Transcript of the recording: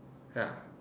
ya